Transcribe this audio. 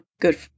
good